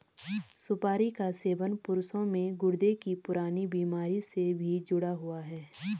सुपारी का सेवन पुरुषों में गुर्दे की पुरानी बीमारी से भी जुड़ा हुआ है